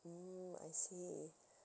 mm I see